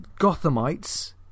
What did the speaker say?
Gothamites